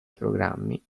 programmi